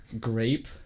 grape